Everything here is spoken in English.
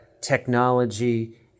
technology